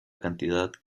cantidad